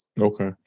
Okay